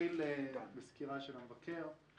נתחיל בסקירה של המבקר.